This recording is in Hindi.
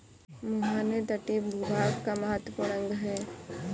मुहाने तटीय भूभाग का महत्वपूर्ण अंग है